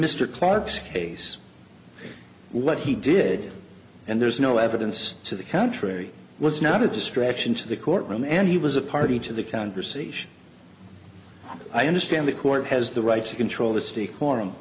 mr clarke's case what he did and there's no evidence to the contrary was not a distraction to the courtroom and he was a party to the conversation i understand the court has the right to control the